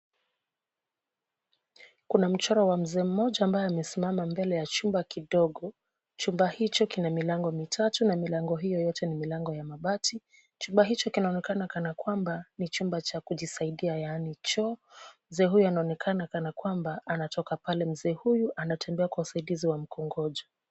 Kuna mchoro wa mzee mmoja ambaye amesimama mbele ya chumba kidogo. Chumba hicho kina milango mitatu na milango hiyo yote ni milango ya mabati. Chumba hicho kinaonekana kana kwamba ni chumba cha kujisaidia yaani choo. Mzee huyu anaonekana kana kwamba anatoka pale. Mzee huyu anatembea kwa usaidizi wa mkongojo.